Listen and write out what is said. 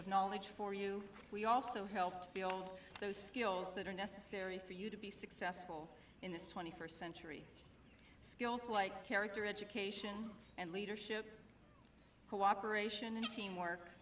of knowledge for you we also helped build those skills that are necessary for you to be successful in this twenty first century skills like character education and leadership cooperation teamwork